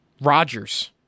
Rodgers